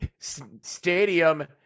stadium